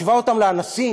השווה אותם לאנסים,